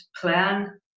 plan